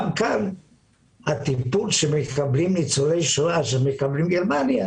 גם כאן הטיפול שמקבלים ניצולי השואה שמקבלים מגרמניה